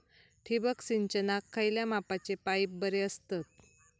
ठिबक सिंचनाक खयल्या मापाचे पाईप बरे असतत?